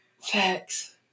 Facts